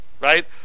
right